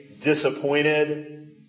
disappointed